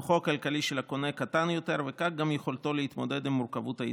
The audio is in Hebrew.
כוחו הכלכלי של הקונה קטן יותר וכך גם יכולתו להתמודד עם מורכבות העסקה.